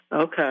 Okay